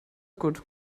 good